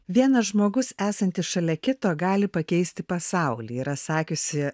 vienas žmogus esantis šalia kito gali pakeisti pasaulį yra sakiusi